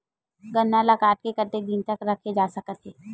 गन्ना ल काट के कतेक दिन तक रखे जा सकथे?